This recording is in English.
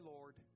Lord